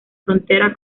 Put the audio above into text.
frontera